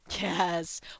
Yes